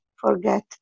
forget